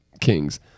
kings